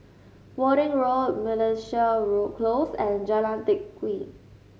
Worthing Road Close and Jalan Teck